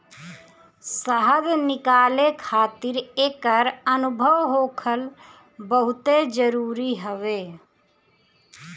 शहद निकाले खातिर एकर अनुभव होखल बहुते जरुरी हवे